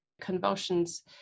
convulsions